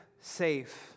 safe